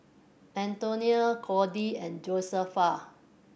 Antonia Kody and Josefa